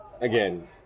again